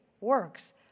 works